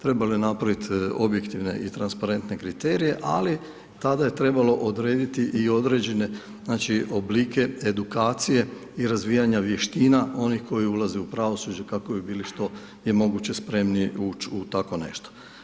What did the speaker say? Trebalo je napraviti objektivne i transparente kriterije, ali tada je trebalo odrediti i određene oblike edukacije i razvijanja vještina onih koji ulaze u pravosuđe kako bi bili što je moguće spremnije ući u tako nešto.